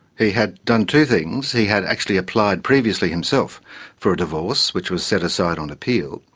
he had done two things. he had actually applied previously himself for a divorce, which was set aside on appeal,